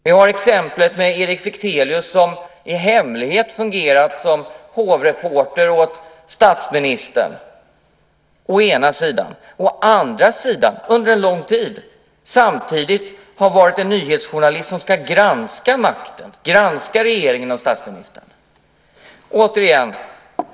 Vi har exemplet med Erik Fichtelius som i hemlighet fungerat som hovreporter åt statsministern och under lång tid samtidigt varit en nyhetsjournalist som ska granska makten, granska regeringen och statsministern.